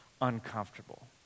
uncomfortable